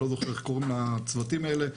לא זוכר איך קוראים לצוותים האלה,